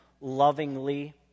lovingly